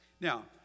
now